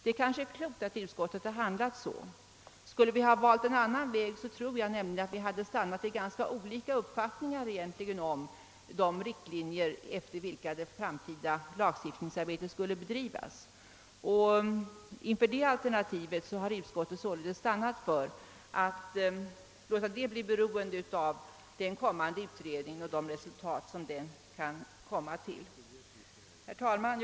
Det är kanske klokt att utskottet har handlat så. Skulle vi ha valt en annan väg, tror jag nämligen att vi hade stannat vid ganska olika uppfattningar om de riktlinjer, efter vilka det framtida lagstiftningsarbetet skulle bedrivas. Inför detta alternativ har utskottet således stannat för att låta den frågan bli beroende av den kommande utredningens resultat. Herr talman!